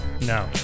No